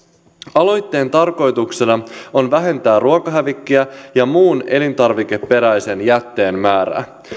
aloitteen tarkoituksena on vähentää ruokahävikkiä ja muun elintarvikeperäisen jätteen määrää